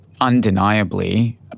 undeniably